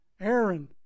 Aaron